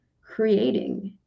creating